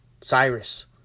Cyrus